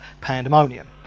pandemonium